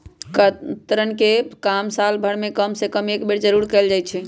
कतरन के काम साल भर में कम से कम एक बेर जरूर कयल जाई छै